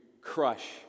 crush